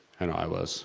and i was